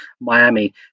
Miami